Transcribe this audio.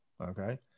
okay